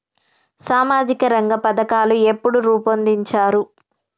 సామాజిక రంగ పథకాలు ఎప్పుడు రూపొందించారు?